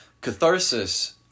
catharsis